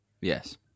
Yes